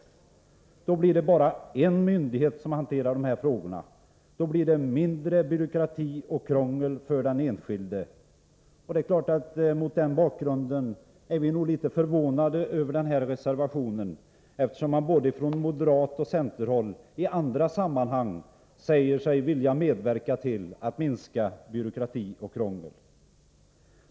Då blir det bara en myndighet som hanterar de här frågorna. Då blir det mindre byråkrati och krångel för den enskilde. Mot den bakgrunden är vi nog litet förvånade över den här reservationen, eftersom man både från moderatoch centerhåll i andra sammanhang säger sig vilja medverka till att minska byråkrati och krångel.